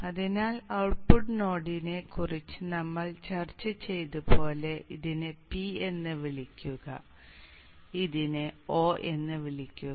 അതിനാൽ ഔട്ട്പുട്ട് നോഡിനെ ക്കുറിച്ച് നമ്മൾ ചർച്ച ചെയ്തതുപോലെ ഇതിനെ p എന്ന് വിളിക്കുക ഇതിനെ o എന്ന് വിളിക്കുക